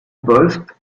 poste